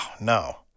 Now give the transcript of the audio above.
no